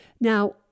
Now